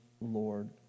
Lord